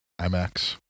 IMAX